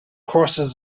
crosses